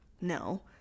no